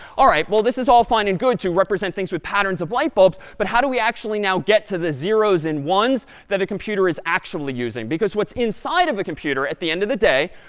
all right, well, this is all fine and good to represent things with patterns of light bulbs. but how do we actually now get to the zeros and ones that a computer is actually using? because what's inside of a computer, at the end of the day,